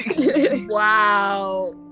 Wow